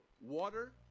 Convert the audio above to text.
water